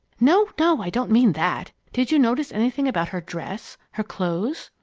no, no! i don't mean that. did you notice anything about her dress her clothes?